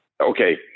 okay